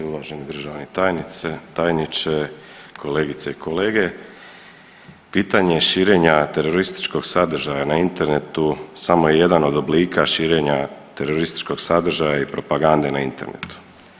Uvaženi državni tajniče, kolegice i kolege, pitanje širenja terorističkog sadržaja na internetu samo je jedan od oblika širenja terorističkog sadržaja i propagande na internetu.